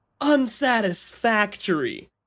unsatisfactory